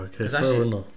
okay